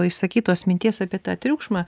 išsakytos minties apie tą triukšmą